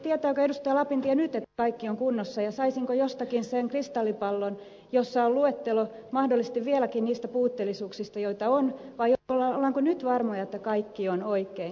lapintie nyt että kaikki on kunnossa ja saisinko jostakin sen kristallipallon jossa on luettelo mahdollisesti vieläkin niistä puutteellisuuksista joita on vai ollaanko nyt varmoja että kaikki on oikein